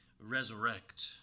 resurrect